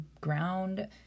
ground